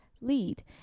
Lead